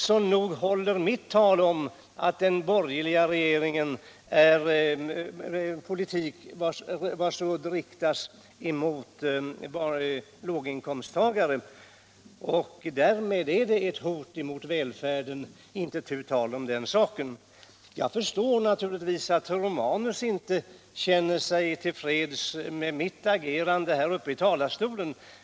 Så nog håller mitt tal om att udden i den borgerliga regeringens politik riktas mot låginkomsttagarna och därmed är ett hot mot välfärden. Det är inte tu tal om den saken. Naturligtvis förstår jag att herr Romanus inte känner sig till freds med mitt agerande i denna talarstol.